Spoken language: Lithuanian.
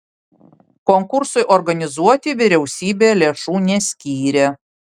konkursui organizuoti vyriausybė lėšų neskyrė